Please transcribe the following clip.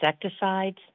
insecticides